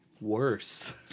worse